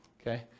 Okay